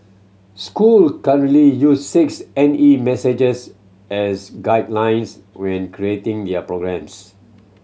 school currently use six N E messages as guidelines when creating their programmes